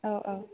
अ अ